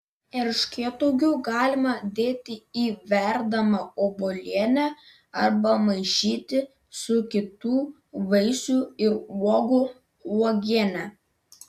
erškėtuogių galima dėti į verdamą obuolienę arba maišyti su kitų vaisių ir uogų uogiene